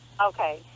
Okay